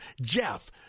Jeff